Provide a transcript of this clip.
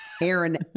Aaron